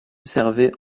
servait